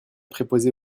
préposé